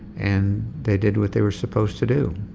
and they did what they were supposed to do.